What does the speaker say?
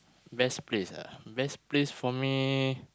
best place ah best place for me